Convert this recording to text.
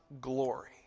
glory